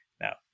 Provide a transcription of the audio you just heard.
Now